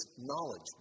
knowledge